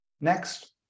Next